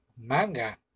manga